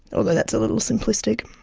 although that's a little simplistic.